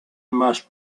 must